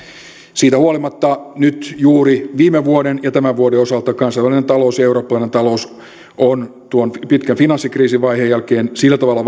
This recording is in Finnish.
siitä huolimatta nyt juuri viime vuoden ja tämän vuoden osalta kansainvälinen talous ja eurooppalainen talous on tuon pitkän finanssikriisivaiheen jälkeen sillä tavalla